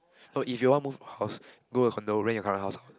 no if you want move house go a condominium rent your current house out